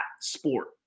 sport